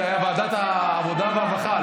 זה היה בוועדת העבודה והרווחה,